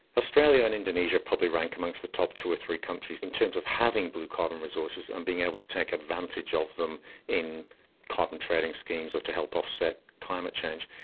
australia and indonesia probably rank amongst the top two or three countries in terms of having blue carbon resources and being able to take advantage of them in carbon trading schemes or to help offset climate change.